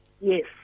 Yes